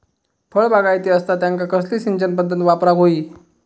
फळबागायती असता त्यांका कसली सिंचन पदधत वापराक होई?